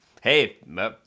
Hey